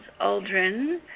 Aldrin